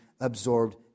absorbed